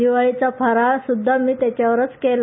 दिवाळीचा फराळ सुध्दा मी त्याच्यावरच केला